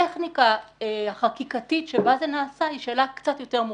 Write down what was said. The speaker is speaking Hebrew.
הטכניקה החקיקתית שבה זה נעשה היא שאלה קצת יותר מורכבת.